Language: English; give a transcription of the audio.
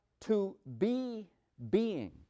to-be-being